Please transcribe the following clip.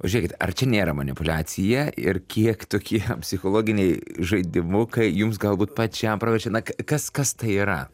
o žiūrėkit ar čia nėra manipuliacija ir kiek tokie psichologiniai žaidimukai jums galbūt pačiam praverčia na kas kas tai yra